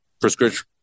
prescription